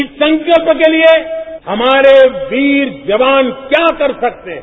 इस संकल्प के लिए हमारे वीर जवान क्या कर सकते हैं